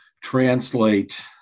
translate